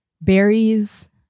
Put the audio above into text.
berries